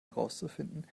herauszufinden